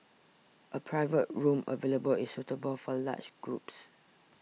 a private room available is suitable for large groups